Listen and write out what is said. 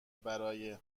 برای